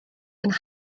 and